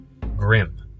grim